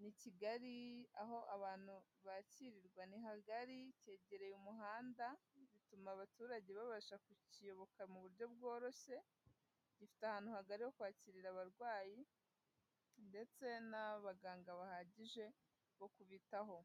ni kigari aho abantu bakirirwa ni hagari, kegereye umuhanda, bituma abaturage babasha kukiyoboka mu buryo bworoshye, gifite ahantu hagari ho kwakirira abarwayi ndetse n'abaganga bahagije bo kubitaho.